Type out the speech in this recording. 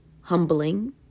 humbling